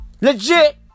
Legit